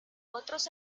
otros